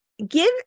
Give